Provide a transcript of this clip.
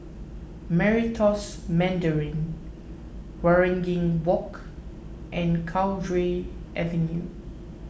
Meritus Mandarin Waringin Walk and Cowdray Avenue